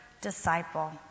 disciple